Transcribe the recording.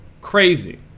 Crazy